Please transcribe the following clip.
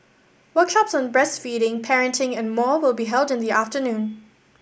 workshops on breastfeeding parenting and more will be held in the afternoon